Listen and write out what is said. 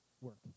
work